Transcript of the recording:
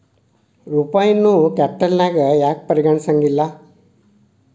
ರೂಪಾಯಿನೂ ಕ್ಯಾಪಿಟಲ್ನ್ಯಾಗ್ ಯಾಕ್ ಪರಿಗಣಿಸೆಂಗಿಲ್ಲಾ?